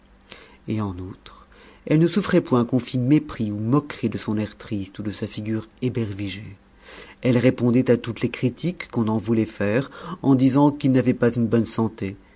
et en outre elle ne souffrait point qu'on fît mépris ou moquerie de son air triste ou de sa figure ébervigée elle répondait à toutes les critiques qu'on en voulait faire en disant qu'il n'avait pas une bonne santé